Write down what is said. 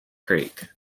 creek